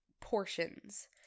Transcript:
portions